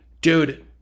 dude